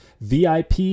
vip